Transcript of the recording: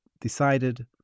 decided